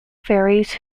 faeries